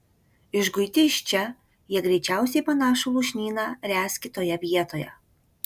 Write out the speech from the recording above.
išguiti iš čia jie greičiausiai panašų lūšnyną ręs kitoje vietoje